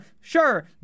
Sure